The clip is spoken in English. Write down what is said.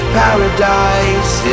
paradise